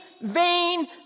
vain